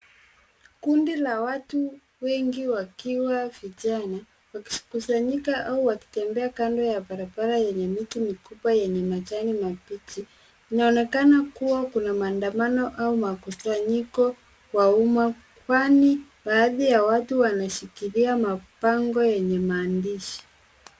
Kundi la watu wengi wakiwa vijana wakikusanyika au wakitembea kando ya barabara yenye miti mikubwa yenye majani mabichi. Inaonekana kuwa kuna maandamano au makusanyiko wa umma kwani baadhi ya watu wanashikilia mabango yenye maandishi.